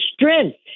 strength